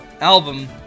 album